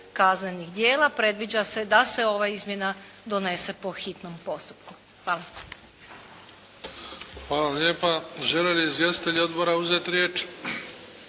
kaznenih djela predviđa se da se ova izmjena donese po hitnom postupku. Hvala. **Bebić, Luka (HDZ)** Hvala lijepa. Žele li izvjestitelji odbora uzeti riječ?